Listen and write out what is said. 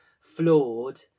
flawed